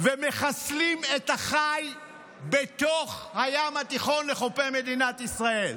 ומחסלות את החי בתוך הים התיכון לחופי מדינת ישראל.